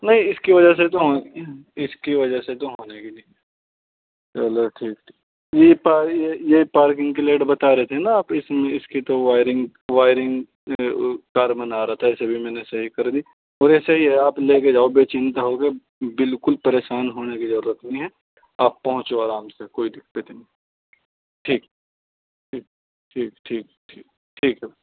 نہیں اس کی وجہ سے تو اس کی وجہ سے تو ہونے کی نہیں چلو ٹھیک ٹھیک یہ پاری یہ پارکنگ کی لائٹ بتا رہے تھے نا آپ اس میں اس کی تو وائرنگ وائرنگ میں کاربن آ رہا تھا اسے بھی میں نے صحیح کر دی اور یہ صحیح ہے آپ لے کے جاؤ بے چنتا ہو کے بالکل پریسان ہونے کی ضرورت نہیں ہے آپ پہنچو آرام سے کوئی دقت نہیں ٹھیک ٹھیک ٹھیک ٹھیک ٹھیک ٹھیک ٹھیک ہے